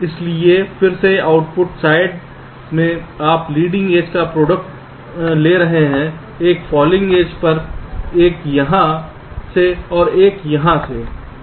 इसलिए फिर से आउटपुट साइड में आप लीडिंग एज का प्रोडक्ट ले रहे हैं एक फॉलिंग एज पर एक यहां से और एक यहां से